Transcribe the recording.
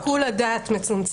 אני לא בטוחה ששיקול הדעת מצומצם.